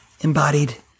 embodied